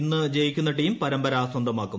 ഇന്നു ജയിക്കുന്ന ടീം പരമ്പര സ്വന്തമാക്കും